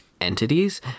entities